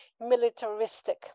militaristic